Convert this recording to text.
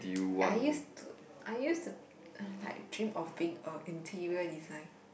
I used to I used to uh like dream of being a interior design